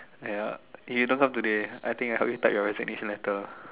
ya you don't talk today I think I help you type your resignation letter